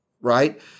Right